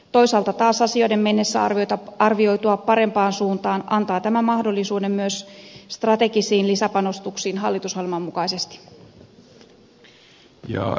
toisaalta taas asioiden mennessä arvioitua parempaan suuntaan antaa tämä mahdollisuuden myös strategisiin lisäpanostuksiin hallitusohjelman mukaisesti